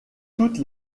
toutes